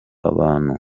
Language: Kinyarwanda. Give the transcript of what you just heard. abantu